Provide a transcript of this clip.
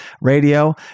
radio